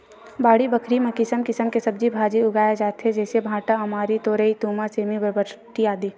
बाड़ी बखरी म किसम किसम के सब्जी भांजी उगाय जाथे जइसे भांटा, अमारी, तोरई, तुमा, सेमी, बरबट्टी, आदि